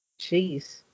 Jeez